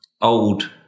old